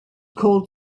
called